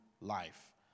life